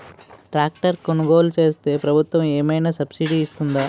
Tractor కొనుగోలు చేస్తే ప్రభుత్వం ఏమైనా సబ్సిడీ ఇస్తుందా?